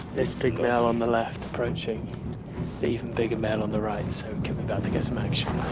this big male on the left approaching the even bigger male on the right, so we about to get some action.